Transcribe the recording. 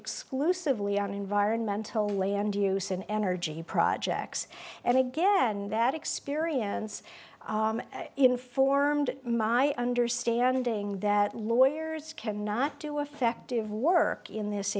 exclusively on environmental land use an energy projects and again that experience informed my own understanding that lawyers can not do effective work in this